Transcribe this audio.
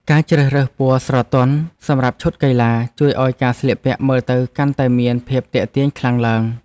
ការជ្រើសរើសពណ៌ស្រទន់សម្រាប់ឈុតកីឡា ជួយឱ្យការស្លៀកពាក់មើលទៅកាន់តែមានភាពទាក់ទាញខ្លាំងឡើង។